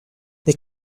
they